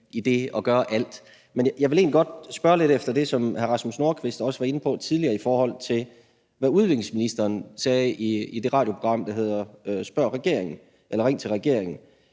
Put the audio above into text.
i det at gøre alt. Men jeg vil egentlig godt spørge lidt til det, som hr. Rasmus Nordqvist også var inde på tidligere, i forhold til hvad udviklingsministeren sagde i det radioprogram, der hedder »Ring til regeringen«,